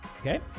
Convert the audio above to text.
okay